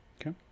Okay